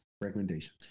recommendation